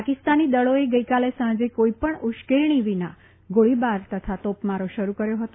પાકિસ્તાની દળોએ ગઇકાલે સાંજે કોઇપણ ઉશ્કેરણી વિના ગોળીબાર તથા તોપમારો શરૂ કર્યો હતો